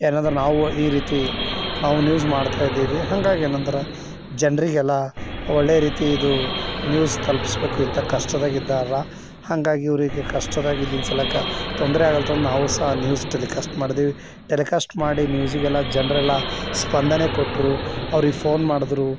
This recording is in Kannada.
ಏನೆಂದ್ರೆ ನಾವು ಈ ರೀತಿ ನಾವು ನ್ಯೂಸ್ ಮಾಡ್ತಾಯಿದ್ದೀವಿ ಹಂಗಾಗಿ ಏನೆಂದ್ರೆ ಜನರಿಗೆಲ್ಲ ಒಳ್ಳೆ ರೀತಿದು ನ್ಯೂಸ್ ತಲುಪಿಸ್ಬೇಕು ಇಂತ ಕಷ್ಟದಾಗಿದ್ದಾರೆ ಹಂಗಾಗಿ ಇವ್ರಿಗೆ ಕಷ್ಟದಾಗಿದ್ದ ಸಲಕ ತೊಂದರೆ ಆಗಲ್ತಂದು ನಾವು ಸಹ ನ್ಯೂಸ್ ಟೆಲಿ ಕಾಸ್ಟ್ ಮಾಡಿದ್ವಿ ಟೆಲಿ ಕಾಸ್ಟ್ ಮಾಡಿ ನ್ಯೂಸಿಗೆಲ್ಲ ಜನ್ರೆಲ್ಲ ಸ್ಪಂದನೆ ಕೊಟ್ರು ಅವ್ರಿಗೆ ಫೋನ್ ಮಾಡಿದ್ರು